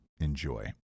enjoy